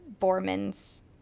Borman's